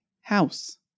house